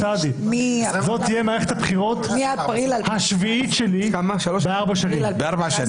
זאת תהיה מערכת הבחירות השביעית שלי בארבע שנים.